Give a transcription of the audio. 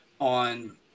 on